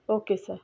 okay sir